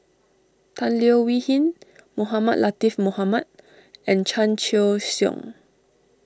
Tan Leo Wee Hin Mohamed Latiff Mohamed and Chan Choy Siong